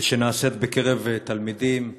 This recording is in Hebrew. שנעשית בקרב תלמידים,